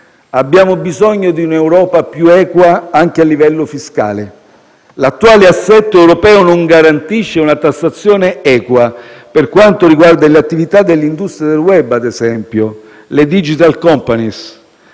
Abbiamo bisogno di una Europa più equa anche a livello fiscale. L'attuale assetto europeo non garantisce una tassazione equa, per quanto riguarda - ad esempio - le attività dell'industria del *web*, le cosiddette *digital company*.